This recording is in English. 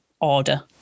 order